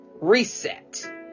reset